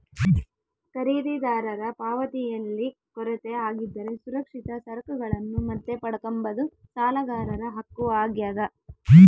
ಖರೀದಿದಾರರ ಪಾವತಿಯಲ್ಲಿ ಕೊರತೆ ಆಗಿದ್ದರೆ ಸುರಕ್ಷಿತ ಸರಕುಗಳನ್ನು ಮತ್ತೆ ಪಡ್ಕಂಬದು ಸಾಲಗಾರರ ಹಕ್ಕು ಆಗ್ಯಾದ